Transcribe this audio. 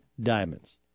Diamonds